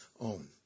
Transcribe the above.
own